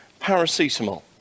paracetamol